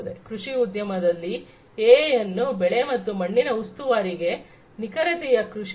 ಕೃಷಿ ಉದ್ಯಮದಲ್ಲಿ ಎಐ ಅನ್ನು ಬೆಳೆ ಮತ್ತು ಮಣ್ಣಿನ ಉಸ್ತುವಾರಿಗೆ ನಿಖರತೆಯ ಕೃಷಿಗೆ